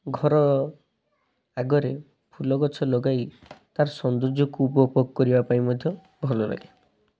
ଘର ଆଗରେ ଫୁଲ ଗଛ ଲଗାଇ ତାର ସୌନ୍ଦର୍ଯ୍ୟକୁ ଉପଭୋଗ କରିବା ପାଇଁ ମଧ୍ୟ ଭଲ ଲାଗେ